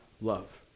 love